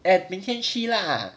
诶明天去 lah